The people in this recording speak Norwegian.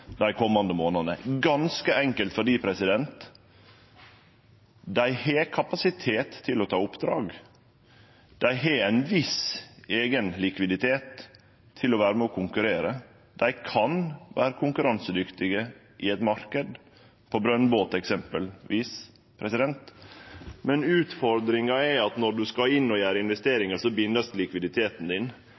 dei komande månadene, ganske enkelt fordi dei har kapasitet til å ta oppdrag. Dei har ein viss eigen likviditet til å vere med og konkurrere. Dei kan vere konkurransedyktige i ein marknad for brønnbåtar eksempelvis. Men utfordringa er at når ein skal inn og gjere investeringar, vert likviditeten